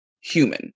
human